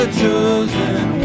chosen